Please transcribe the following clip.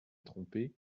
trompée